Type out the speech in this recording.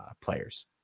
players